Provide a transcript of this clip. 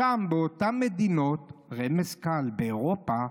שם, באותן מדינות, רמז קל: באירופה,